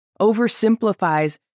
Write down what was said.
oversimplifies